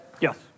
Yes